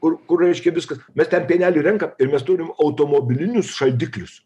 kur kur reikšia viskas mes ten pienelį renkam ir mes turim automobilinius šaldiklius